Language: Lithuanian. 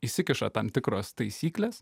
įsikiša tam tikros taisyklės